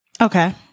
Okay